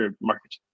market